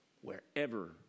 wherever